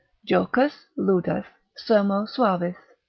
jocus, ludus, sermo suavis,